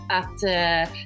att